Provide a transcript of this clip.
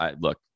look